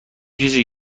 چیزی